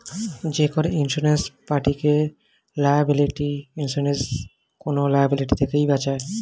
যেকোনো ইন্সুরেন্স পার্টিকে liability insurance কোন লায়াবিলিটি থেকে বাঁচায়